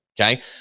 Okay